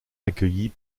accueillie